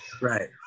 Right